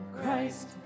Christ